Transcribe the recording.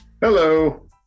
Hello